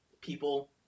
people